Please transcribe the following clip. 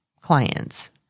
clients